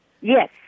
Yes